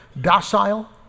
docile